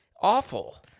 awful